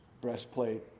breastplate